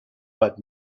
but